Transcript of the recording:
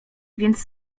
więc